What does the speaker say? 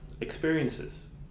experiences